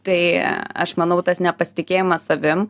tai aš manau tas nepasitikėjimas savim